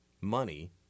money